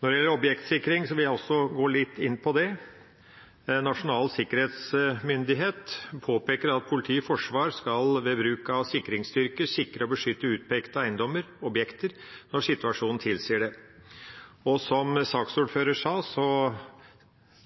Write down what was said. Når det gjelder objektsikring, vil jeg gå litt inn på det. Nasjonal sikkerhetsmyndighet påpeker at politi og forsvar ved bruk av sikringsstyrker skal sikre og beskytte utpekte eiendommer, objekter, når situasjonen tilsier det. Som saksordføreren sa,